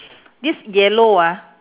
this yellow ah